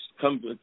come